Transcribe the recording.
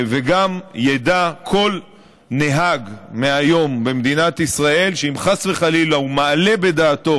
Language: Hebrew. וגם ידע כל נהג במדינת ישראל מהיום שאם חס וחלילה הוא מעלה בדעתו